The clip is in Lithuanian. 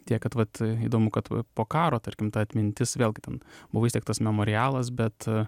tiek kad vat įdomu kad po karo tarkim ta atmintis vėlgi ten buvo įsteigtas memorialas bet